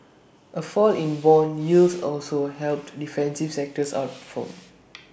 A fall in Bond yields also helped defensive sectors outperform